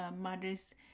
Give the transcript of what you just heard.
mother's